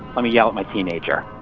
let me yell at my teenager